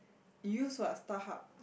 use what StarHub